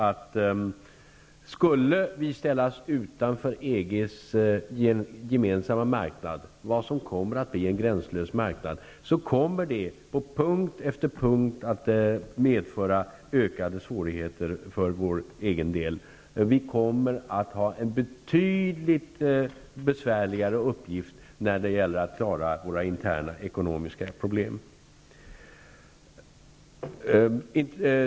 Om vi skulle ställas utanför EG:s gemensamma marknad som kommer att bli en gränslös marknad, så kommer det på punkt efter punkt att medföra ökade svårigheter för vår egen del. Vi kommer att få en betydligt besvärligare uppgift när det gäller att klara våra interna ekonomiska problem.